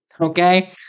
Okay